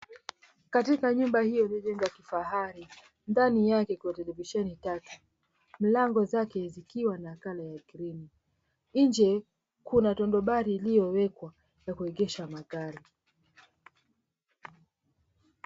Katika nyumba hii iliyojengwa kifahari ndani yake kuna televisheni tatu mlango zake zikiwa na colour ya krimu, nje kuna tondobari iliyowekwa ya kuegesha magari.